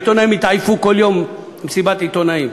העיתונאים התעייפו, כל יום מסיבת עיתונאים,